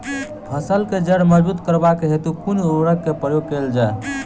फसल केँ जड़ मजबूत करबाक हेतु कुन उर्वरक केँ प्रयोग कैल जाय?